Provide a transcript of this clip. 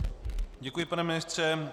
Děkuji, pane ministře.